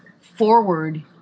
forward